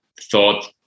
thought